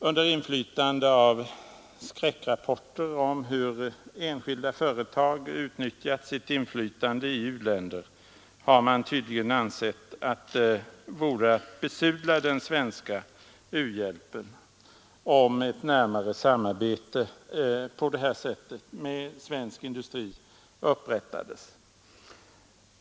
Under inflytande av skräckrapporter om hur enskilda företag utnyttjat sitt inflytande i u-länder har man tydligen ansett att det vore att besudla den svenska u-hjälpen om ett närmare samarbete på det här sättet upprättades med svensk industri.